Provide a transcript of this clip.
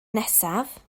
nesaf